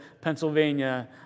Pennsylvania